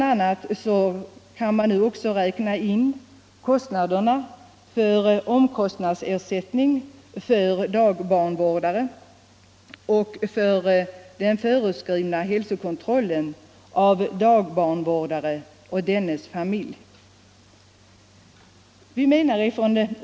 a. kan man nu också räkna in omkostnadsersättning för dagbarnvårdare och den föreskrivna hälsokontrollen av dagbarnvårdare och dennes familj.